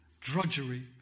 drudgery